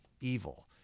evil